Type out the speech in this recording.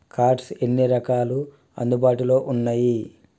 Cards ఎన్ని రకాలు అందుబాటులో ఉన్నయి?